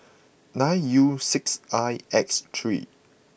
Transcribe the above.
nine U six I X three